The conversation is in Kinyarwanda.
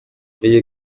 iyi